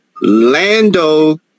Lando